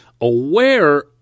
aware